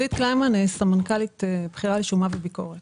סמנכ"לית בכירה לשומה וביקורת.